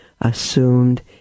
assumed